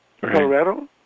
Colorado